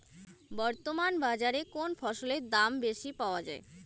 বর্তমান বাজারে কোন ফসলের দাম বেশি পাওয়া য়ায়?